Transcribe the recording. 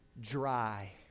dry